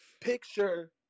Picture